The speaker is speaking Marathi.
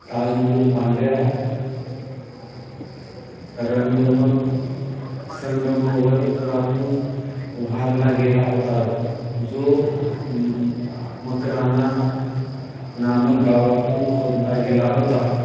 ताजमहल पांढऱ्या रंगम संगमरवरातून उभारला गेला होता जो मकराना नामक गावातून खोदला गेला होता